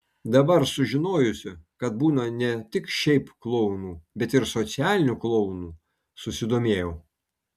dabar sužinojusi kad būna ne tik šiaip klounų bet ir socialinių klounų susidomėjau